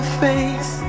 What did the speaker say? face